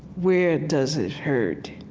where does it hurt?